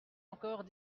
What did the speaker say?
encore